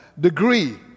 degree